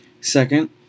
second